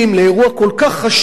לאירוע כל כך חשוב,